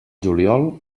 juliol